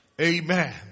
Amen